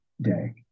day